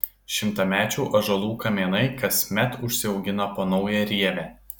šimtamečių ąžuolų kamienai kasmet užsiaugina po naują rievę